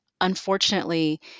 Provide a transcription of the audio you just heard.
unfortunately